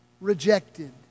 rejected